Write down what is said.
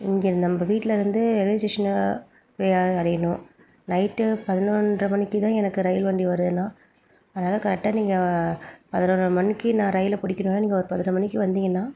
இங்கே நம்ப வீட்டிலிருந்து ரயில்வே ஸ்டேஷனை போய் அ அடையணும் நைட்டு பதினொன்ரை மணிக்கு தான் எனக்கு ரயில் வண்டி வருதுண்ணா அதனாலே கரெக்டாக நீங்கள் பதினொன்ரை மணிக்கு நான் ரயிலை பிடிக்கணுண்ணா நீங்கள் ஒரு பதினொரு மணிக்கு வந்தீங்கன்னால்